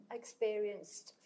experienced